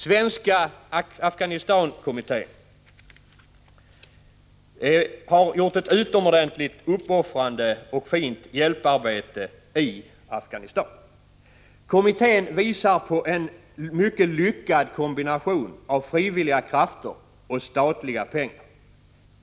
Svenska Afghanistankommittén har gjort ett utomordentligt uppoffrande och fint hjälparbete i Afghanistan. Kommittén visar en mycket lyckad kombination av frivilliga krafter och statliga pengar.